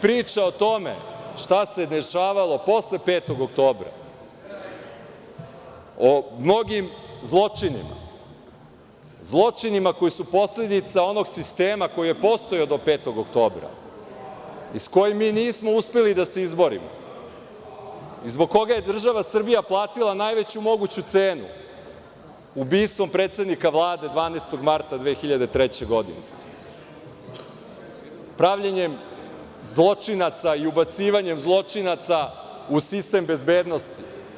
Priča o tome šta se dešavalo posle 5. oktobra, o mnogim zločinima, zločinima koji su posledica onog sistema koji je postojao do 5. oktobra i s kojim mi nismo uspeli da se izborimo i zbog kog je država Srbija platila najveću moguću cenu, ubistvom predsednika Vlade 12. marta 2003. godine, pravljenjem zločinaca i ubacivanjem zločinaca u sistem bezbednosti.